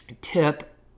tip